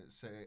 say